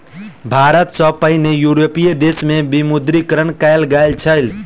भारत सॅ पहिने यूरोपीय देश में विमुद्रीकरण कयल गेल छल